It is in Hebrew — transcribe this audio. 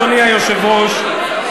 אדוני היושב-ראש,